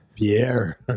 Pierre